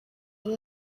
yari